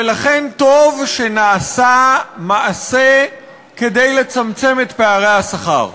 ולכן טוב שנעשה מעשה כדי לצמצם את פערי השכר.